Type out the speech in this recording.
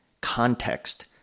context